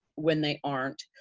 when they aren't,